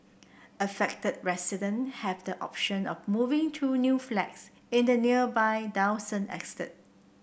affected resident have the option of moving to new flats in the nearby Dawson estate